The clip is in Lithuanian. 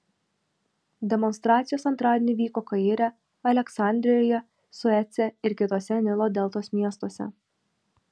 demonstracijos antradienį vyko kaire aleksandrijoje suece ir kituose nilo deltos miestuose